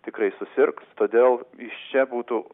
tikrai susirgs todėl iš čia būtų